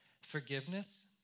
forgiveness